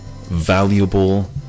valuable